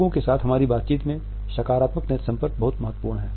लोगों के साथ हमारी बातचीत में सकारात्मक नेत्र संपर्क महत्वपूर्ण है